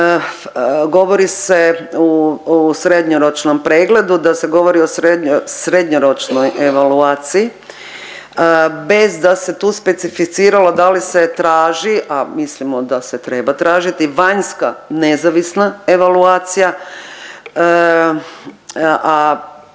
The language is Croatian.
govori se u srednjoročnom pregledu, da se govori o srednjoročnoj evaluaciji, bez da se tu specificiralo da li se traži, a mislimo da se treba tražiti vanjska nezavisna evaluacija,